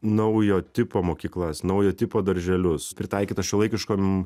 naujo tipo mokyklas naujo tipo darželius pritaikytas šiuolaikiškom